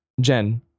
Jen